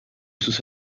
sus